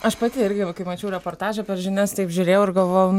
aš pati irgi va kai mačiau reportažą per žinias taip žiūrėjau ir galvojau